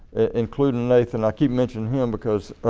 including nathan. i keep mentioning him because